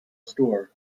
store